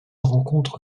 rencontrent